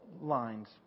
lines